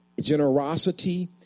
generosity